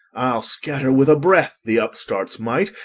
i'll scatter with a breath the upstart's might,